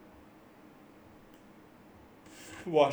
!wah! shit you're right sia